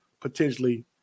potentially